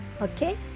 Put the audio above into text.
Okay